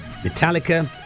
Metallica